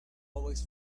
always